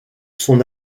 son